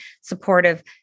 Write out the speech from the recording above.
supportive